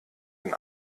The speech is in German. ein